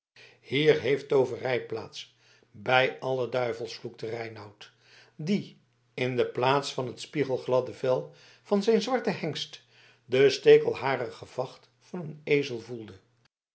hier heeft tooverij plaats bij alle duivels vloekte reinout die in de plaats van het spiegelgladde vel van zijn zwarten hengst de stekelharige vacht van een ezel voelde